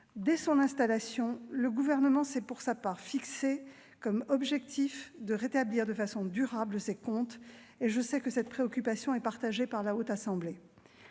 Dès son installation, le Gouvernement s'est pour sa part fixé comme objectif de rétablir de façon durable ces comptes, et je sais que cette préoccupation est partagée par la Haute Assemblée.